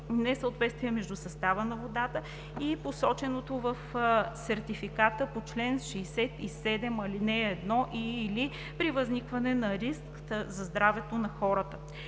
несъответствия между състава на водата и посоченото в сертификата по чл. 67, ал. 1 и/или при възникване на риск за здравето на хората;